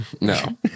No